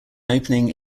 opening